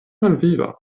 malviva